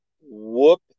Whoop